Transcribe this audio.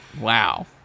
wow